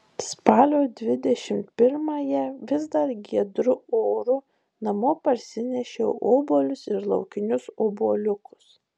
spalio dvidešimt pirmąją vis dar giedru oru namo parsinešiau obuolius ir laukinius obuoliukus